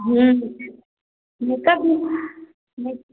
ये तब ये